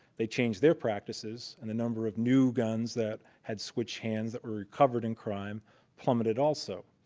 they changed their practices, and the number of new guns that had switched hands that were recovered in crime plummeted also.